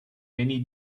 many